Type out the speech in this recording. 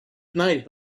tonight